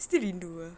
still rindu ah